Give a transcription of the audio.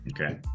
Okay